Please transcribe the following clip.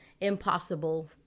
impossible